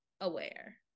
aware